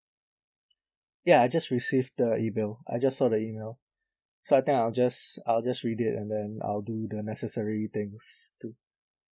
ya I just received the email I just saw the email so I think I'll just I'll just read it and then I'll do the necessary things too